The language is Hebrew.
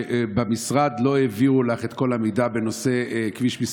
שבמשרד לא העבירו לך את כל המידע בנושא כביש מס'